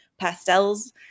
pastels